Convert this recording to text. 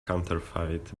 counterfeit